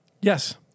Yes